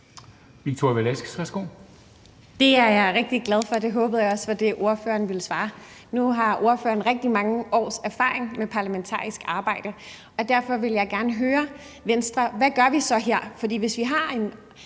Det er jeg rigtig glad for, og det håbede jeg også var det, ordføreren ville svare. Nu har ordføreren rigtig mange års erfaring med parlamentarisk arbejde, og derfor vil jeg gerne høre Venstre, hvad vi så gør her. Hvis vi er